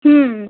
হুম